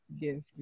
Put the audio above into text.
give